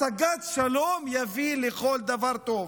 השגת שלום תביא לכל דבר טוב.